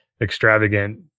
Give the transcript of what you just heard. extravagant